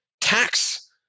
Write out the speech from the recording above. tax